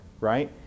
right